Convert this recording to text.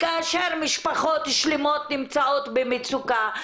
כאשר משפחות שלמות נמצאות במצוקה.